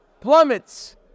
plummets